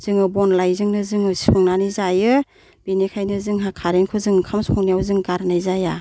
जोङो बन लायजोंनो जोङो संनानै जायो बेनिखायनो जोंहा खारेनखौ जों ओंखाम संनायाव जों गारनाय जाया